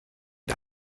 der